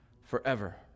forever